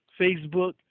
Facebook